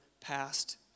past